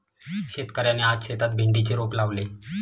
शेतकऱ्याने आज शेतात भेंडीचे रोप लावले